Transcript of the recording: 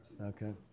Okay